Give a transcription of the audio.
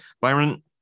Byron